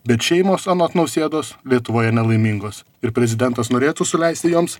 bet šeimos anot nausėdos lietuvoje nelaimingos ir prezidentas norėtų suleisti joms